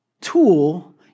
tool